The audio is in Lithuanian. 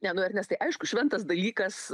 ne nu ernestai aišku šventas dalykas